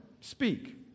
speak